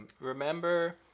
remember